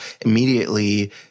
immediately –